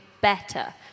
better